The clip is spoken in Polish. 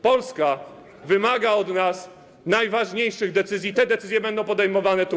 Polska wymaga od nas najważniejszych decyzji i te decyzje będą podejmowane tu.